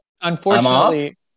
Unfortunately